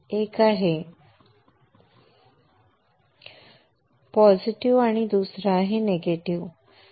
एक पॉझिटिव्ह आहे आणि दुसरा निगेटिव्ह आहे